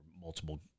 multiple